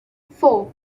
four